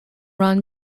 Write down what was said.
run